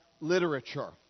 literature